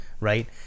right